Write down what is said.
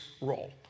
role